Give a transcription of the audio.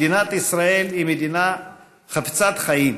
מדינת ישראל היא מדינה חפצת חיים.